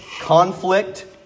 conflict